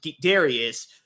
Darius